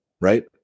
right